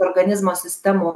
organizmo sistemų